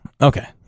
Okay